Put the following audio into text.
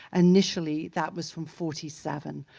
initially that was from forty seven.